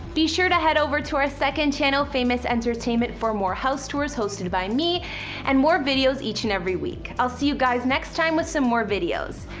be sure to head over to our second channel famous entertainment for more house tours hosted by me and more videos each and every week. i'll see you next time with some more videos.